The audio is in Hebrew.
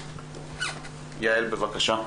יעל, בבקשה.